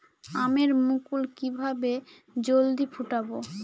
আমের মুকুল কিভাবে জলদি ফুটাব?